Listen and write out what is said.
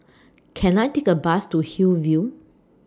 Can I Take A Bus to Hillview